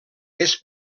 més